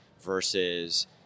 versus